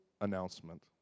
announcement